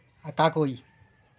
আর টাকোই